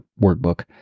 workbook